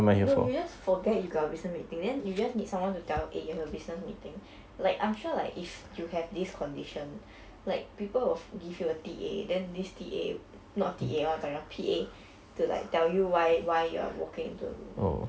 no you just forget you got a business meeting then you just need someone to tell eh you have a business meeting like I'm sure like if you have this condition like people will give you a T_A then this T_A not T_A what am I talking about P_A to like tell you why why you are walking into the room